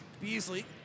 Beasley